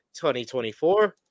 2024